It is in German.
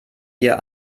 hier